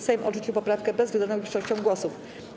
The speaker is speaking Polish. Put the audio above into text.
Sejm odrzucił poprawkę bezwzględną większością głosów.